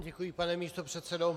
Děkuji, pane místopředsedo.